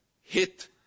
hit